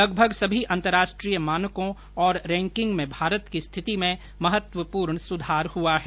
लगभग सभी अंतर्राष्ट्रीय मानकों और रैंकिंग में भारत की स्थिति में महत्वपूर्ण सुधार हुआ है